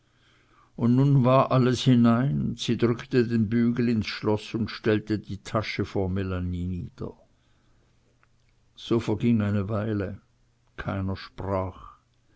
und nun war alles hinein und sie drückte den bügel ins schloß und stellte die tasche vor melanie nieder so verging eine weile keiner sprach